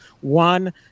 One